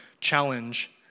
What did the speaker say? challenge